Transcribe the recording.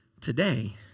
today